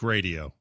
Radio